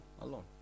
alone